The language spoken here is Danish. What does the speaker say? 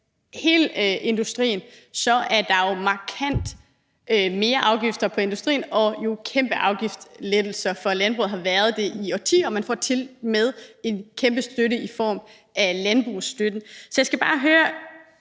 hele industrien, er der jo markant flere afgifter på industrien og jo kæmpe afgiftslettelser for landbruget og har været det i årtier. Det får tilmed en kæmpe støtte i form af landbrugsstøtten. Så jeg skal bare høre: